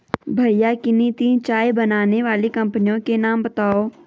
भैया किन्ही तीन चाय बनाने वाली कंपनियों के नाम बताओ?